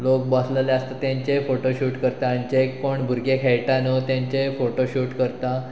लोक बसलेले आसता तेंचेय फोटोशूट करता आनी जे कोण भुरगे खेळटा न्हू तेंचेय फोटो शूट करता